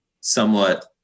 somewhat